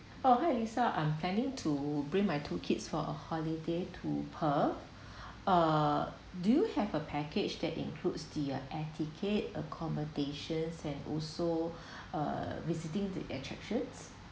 oh hi lisa I'm planning to bring my two kids for a holiday to perth uh do you have a package that includes the uh air ticket accommodations and also uh visiting to attractions